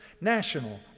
national